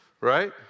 Right